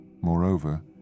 moreover